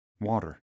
Water